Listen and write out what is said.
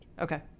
Okay